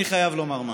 אני חייב לומר משהו: